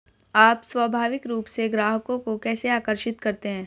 आप स्वाभाविक रूप से ग्राहकों को कैसे आकर्षित करते हैं?